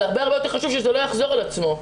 אבל הרבה יותר חשוב שזה לא יחזור על עצמו.